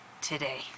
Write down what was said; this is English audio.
today